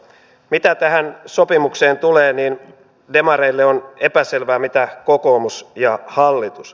mitä tähän sopimukseen tulee niin demareille on epäselvää mitä kokoomus ja hallitus